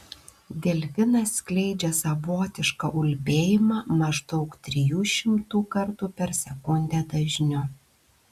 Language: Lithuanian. delfinas skleidžia savotišką ulbėjimą maždaug trijų šimtų kartų per sekundę dažniu